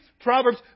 Proverbs